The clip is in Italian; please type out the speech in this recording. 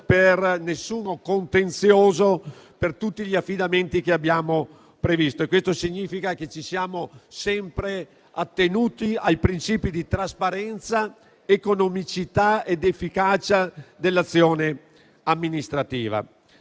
e alcun contenzioso per tutti gli affidamenti che abbiamo previsto. Questo significa che ci siamo sempre attenuti ai princìpi di trasparenza, economicità ed efficacia dell'azione amministrativa.